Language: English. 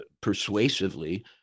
persuasively